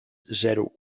zero